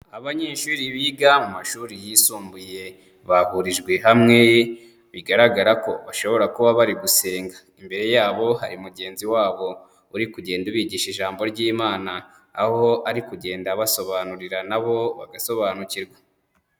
Abanyeshuri biga mu mashuri yisumbuye bahurijwe hamwe, bigaragara ko bashobora kuba bari gusenga. Imbere yabo hari mugenzi wabo uri kugenda ubigisha ijambo ry'Imana, aho ari kugenda abasobanurira nabo bagasobanukirwa.